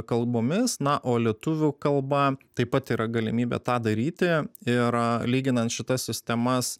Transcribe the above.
kalbomis na o lietuvių kalba taip pat yra galimybė tą daryti ir lyginant šitas sistemas